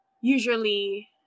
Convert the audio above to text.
usually